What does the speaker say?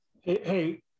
Hey